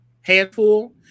Handful